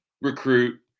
recruit